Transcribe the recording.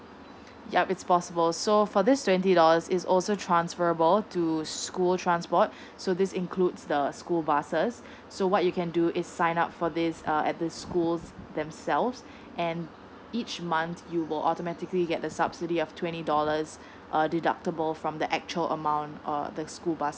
yup it's possible so for this twenty dollars is also transferable to school transport so this includes the school buses so what you can do is sign up for this uh at the schools themselves and each month you will automatically get the subsidy of twenty dollars err deductible from the actual amount uh the school bus